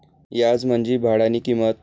याज म्हंजी भाडानी किंमत